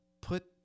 put